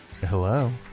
Hello